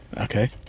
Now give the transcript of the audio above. Okay